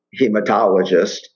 hematologist